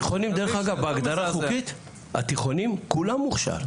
התיכונים דרך אגב בהגדרה החוקית, כולם מוכש"ר.